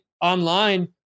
online